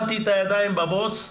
שמתי את הידיים בבוץ.